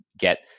get